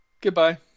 Goodbye